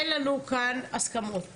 אין לנו כאן הסכמות.